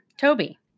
Toby